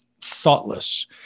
thoughtless